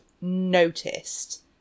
noticed